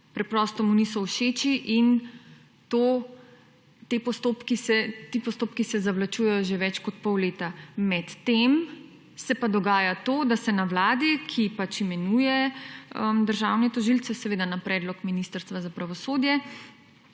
preprosto mu niso všeči in ti postopki se zavlačujejo že več kot pol leta, medtem se pa dogaja to, da se na Vladi, ki pač imenuje državne tožilce seveda na predlog Ministrstva za pravosodje,